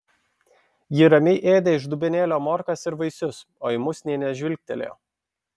ji ramiai ėdė iš dubenėlio morkas ir vaisius o į mus nė nežvilgtelėjo